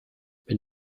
wenn